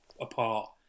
apart